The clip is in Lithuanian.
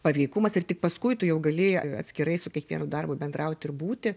paveikumas ir tik paskui tu jau gali atskirai su kiekvienu darbu bendrauti ir būti